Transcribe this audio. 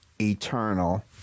eternal